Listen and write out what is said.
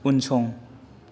उनसं